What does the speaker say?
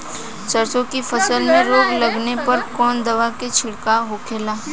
सरसों की फसल में रोग लगने पर कौन दवा के छिड़काव होखेला?